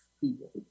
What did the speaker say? people